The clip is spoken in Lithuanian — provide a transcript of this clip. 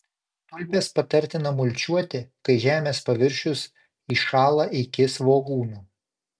tulpes patartina mulčiuoti kai žemės paviršius įšąla iki svogūnų